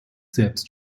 selbst